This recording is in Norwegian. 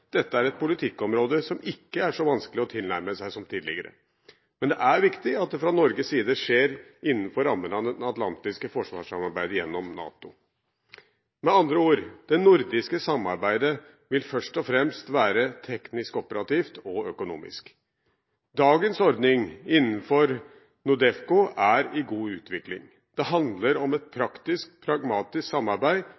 dette er et politikkområde som ikke er så vanskelig å tilnærme seg som tidligere. Men det er viktig at det fra Norges side skjer innenfor rammen av det atlantiske forsvarssamarbeidet gjennom NATO. Med andre ord: Det nordiske samarbeidet vil først og fremst være teknisk-operativt og økonomisk. Dagens ordning innenfor NORDEFCO er i god utvikling. Det handler om et